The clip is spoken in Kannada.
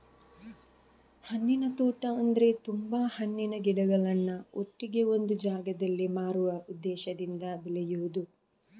ಹಣ್ಣಿನ ತೋಟ ಅಂದ್ರೆ ತುಂಬಾ ಹಣ್ಣಿನ ಗಿಡಗಳನ್ನ ಒಟ್ಟಿಗೆ ಒಂದು ಜಾಗದಲ್ಲಿ ಮಾರುವ ಉದ್ದೇಶದಿಂದ ಬೆಳೆಯುದು